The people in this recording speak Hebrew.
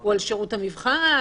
הוא על שירות המבחן,